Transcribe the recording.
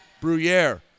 Bruyere